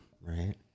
Right